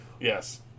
Yes